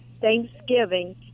Thanksgiving